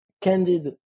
candid